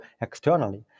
externally